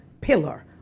pillar